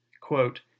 quote